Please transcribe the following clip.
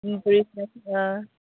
ꯑꯥ